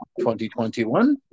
2021